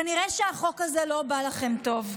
כנראה שהחוק הזה לא בא לכם טוב,